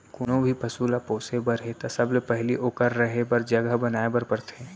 कोनों भी पसु ल पोसे बर हे त सबले पहिली ओकर रहें बर जघा बनाए बर परथे